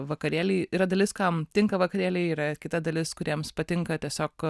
vakarėliai yra dalis kam tinka vakarėliai yra kita dalis kuriems patinka tiesiog